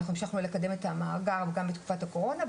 אנחנו המשכנו לקדם את המאגר גם בתקופת הקורונה,